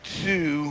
two